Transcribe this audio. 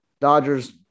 Dodgers